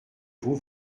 vous